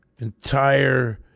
entire